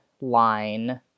line